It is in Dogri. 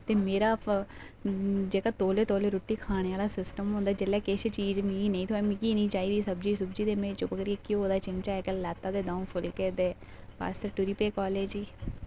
ते मेरा फ जेह्का तौले तौले रुट्टी खाने आह्ला सिस्टम होंदा जेल्लै किश चीज मिकी नि थ्होऐ मिकी नि चाहिदी सब्जी सुब्जि ते मे चुप करियै घ्यो दा चिमचा इक लैता ते दऊं फुल्के ते बस टुरी पे कालेज गी